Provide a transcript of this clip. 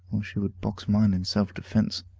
she would box mine in self-defence.